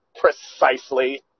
Precisely